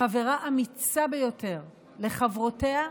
חברה אמיצה ביותר לחברותיה,